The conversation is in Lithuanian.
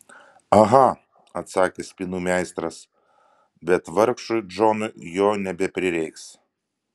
aha atsakė spynų meistras bet vargšui džonui jo nebeprireiks